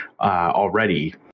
already